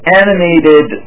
animated